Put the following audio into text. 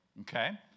Okay